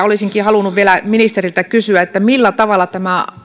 olisinkin halunnut vielä ministeriltä kysyä millä tavalla tämä